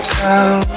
town